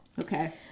Okay